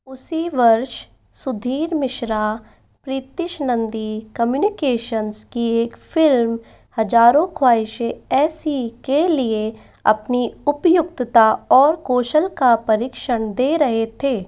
उसी वर्ष सुधीर मिश्रा प्रीतिश नंदी कम्युनिकेशंस की एक फिल्म हज़ारों ख्वाहिशें ऐसी के लिए अपनी उपयुक्तता और कौशल का परीक्षण दे रहे थे